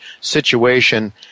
situation